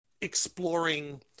exploring